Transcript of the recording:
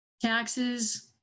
Taxes